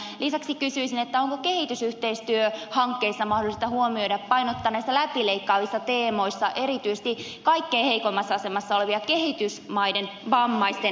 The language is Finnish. ja lisäksi kysyisin onko kehitysyhteistyöhankkeissa mahdollista huomioida painottaa näissä läpileikkaavissa teemoissa erityisesti kaikkein heikoimmassa asemassa olevien kehitysmaiden vammaisten näkökulmaa